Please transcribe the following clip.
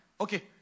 okay